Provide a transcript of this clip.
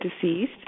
deceased